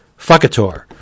Fuckator